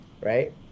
right